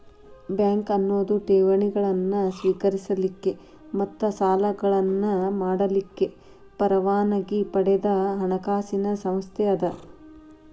bank ಅನ್ನೊದು ಠೇವಣಿಗಳನ್ನ ಸ್ವೇಕರಿಸಲಿಕ್ಕ ಮತ್ತ ಸಾಲಗಳನ್ನ ಮಾಡಲಿಕ್ಕೆ ಪರವಾನಗಿ ಪಡದ ಹಣಕಾಸಿನ್ ಸಂಸ್ಥೆ ಅದ